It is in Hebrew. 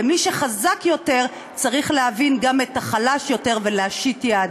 ומי שחזק יותר צריך להבין גם את החלש יותר ולהושיט יד.